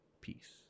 Peace